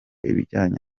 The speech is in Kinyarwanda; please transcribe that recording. ibijyanye